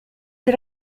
did